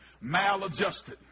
maladjusted